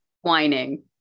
whining